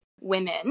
women